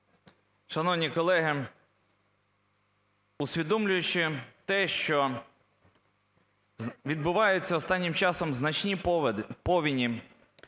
Шановні колеги, усвідомлюючи те, що відбуваються останнім часом значні повені,